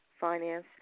finance